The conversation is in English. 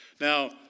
Now